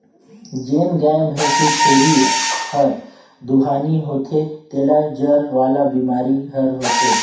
जेन गाय, भइसी, छेरी हर दुहानी होथे तेला जर वाला बेमारी हर होथे